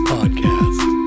Podcast